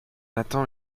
attend